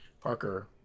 Parker